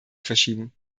verschieben